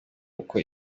uko